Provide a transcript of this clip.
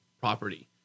property